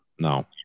No